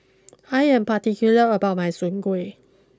I am particular about my Soon Kuih